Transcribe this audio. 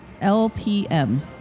L-P-M